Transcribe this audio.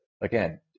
Again